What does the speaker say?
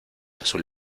azul